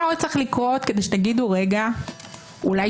מה שמכניס את בית המשפט עמוק הרבה יותר ממה שהוא היום במחלוקת.